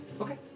Okay